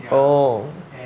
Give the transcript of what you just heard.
oh